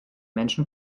menschen